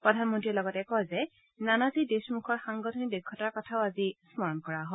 প্ৰধানমন্ত্ৰীয়ে লগতে কয় যে নানাজী দেশমুখৰ সাংগঠনিক দক্ষতাৰ কথা আজিও স্মৰণ কৰা হয়